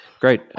Great